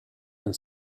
and